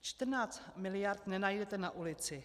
14 mld. nenajdete na ulici.